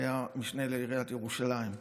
שהיה משנה לעיריית ירושלים,